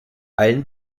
allen